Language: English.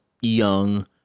young